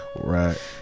right